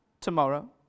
tomorrow